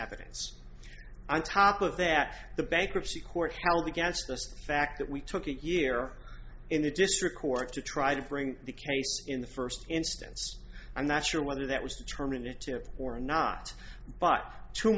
evidence on top of that the bankruptcy court held against this fact that we took a year in the district court to try to bring the case in the first instance i'm not sure whether that was determined to or not but too